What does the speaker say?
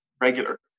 regular